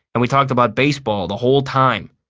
and we talked about baseball the whole time,